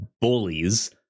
bullies